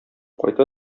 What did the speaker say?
кайта